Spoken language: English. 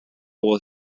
will